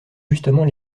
justement